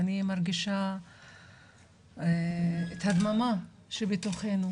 אני מרגישה את הדממה שבתוכנו